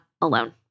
alone